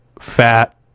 fat